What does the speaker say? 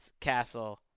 Castle